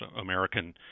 American